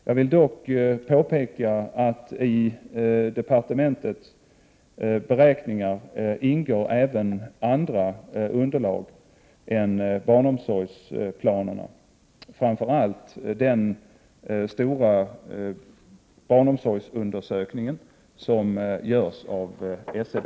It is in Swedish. Jag vill dock påpeka att i departementets beräkningar ingår även andra underlag än barnomsorgsplanerna, framför allt den stora barnomsorgsundersökning som görs av SCB.